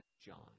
John